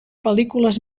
pel·lícules